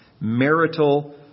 Marital